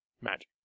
Magic